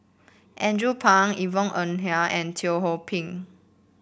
Andrew Phang Yvonne Ng Uhde and Teo Ho Pin